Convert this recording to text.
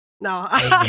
No